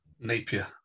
Napier